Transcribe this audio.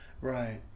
Right